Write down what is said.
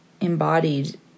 embodied